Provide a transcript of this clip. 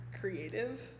creative